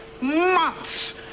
months